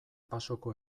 pasoko